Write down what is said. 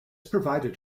provided